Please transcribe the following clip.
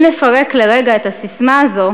אם נפרק לרגע את הססמה הזו,